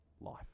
life